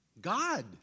God